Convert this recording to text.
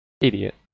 idiot